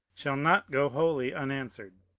shau not go wholly un answered.